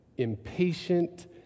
impatient